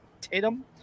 Tatum